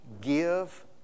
Give